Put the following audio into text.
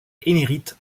émérite